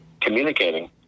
communicating